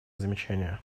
замечание